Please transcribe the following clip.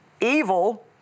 evil